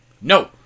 no